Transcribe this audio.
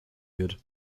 wird